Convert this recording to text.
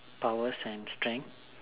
powers and strength